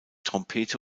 trompete